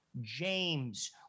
James